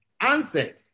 answered